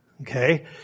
Okay